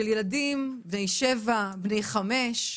של ילדים בני שבע, בני חמש,